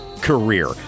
career